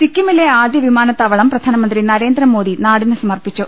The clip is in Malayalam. സിക്കിമിലെ ആദ്യ വിമാനത്താവളം പ്രധാനമന്ത്രി നരേന്ദ്രമോദി നാടിന് സമർപ്പിച്ചു